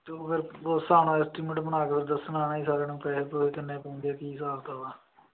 ਅਤੇ ਉਹ ਫਿਰ ਉਸ ਹਿਸਾਬ ਨਾਲ ਐਸਟੀਮੇਟ ਬਣਾ ਕੇ ਦੱਸਣਾ ਇਹੀ ਸਾਰਿਆਂ ਨੂੰ ਪੈਸੇ ਪੂਹੇ ਕਿੰਨੇ ਪੈਂਦੇ ਕੀ ਹਿਸਾਬ ਕਿਤਾਬ ਆ